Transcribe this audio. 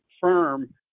firm